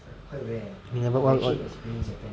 level one